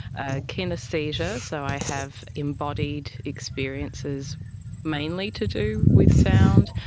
ah kinaesthesia, so i have embodied experiences mainly to do with sound,